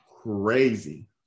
crazy